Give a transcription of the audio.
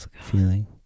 feeling